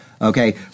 okay